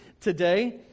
today